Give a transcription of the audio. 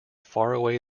faraway